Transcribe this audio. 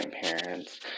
grandparents